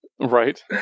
Right